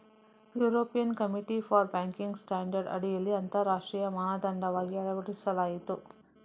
European committee for banking standard ಅಡಿಯಲ್ಲಿ ಅಂತರರಾಷ್ಟ್ರೀಯ ಮಾನದಂಡವಾಗಿ ಅಳವಡಿಸಲಾಯಿತು